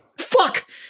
fuck